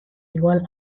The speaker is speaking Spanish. igual